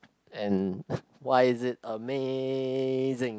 and why is it amazing